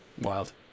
Wild